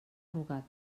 rugat